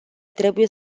trebuie